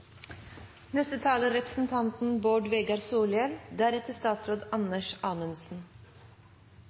Neste taler er representanten